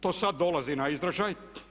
To sada dolazi na izražaj.